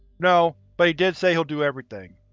no, but he did say he'll do everything,